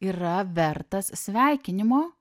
yra vertas sveikinimo